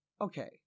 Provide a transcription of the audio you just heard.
Okay